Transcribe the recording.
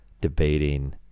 debating